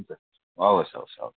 हुन्छ हवस् हवस् हवस्